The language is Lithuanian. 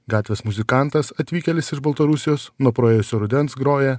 gatvės muzikantas atvykėlis iš baltarusijos nuo praėjusio rudens groja